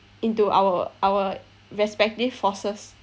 into our our respective forces